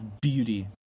beauty